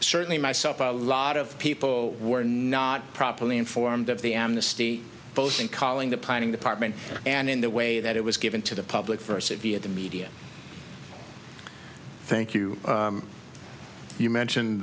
certainly myself a lot of people were not properly informed of the amnesty both in calling the planning department and in the way that it was given to the public versus via the media thank you you mentioned